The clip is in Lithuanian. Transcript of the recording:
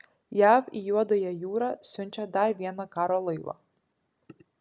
jav į juodąją jūrą siunčia dar vieną karo laivą